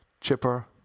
chipper